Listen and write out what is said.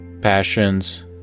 passions